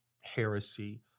heresy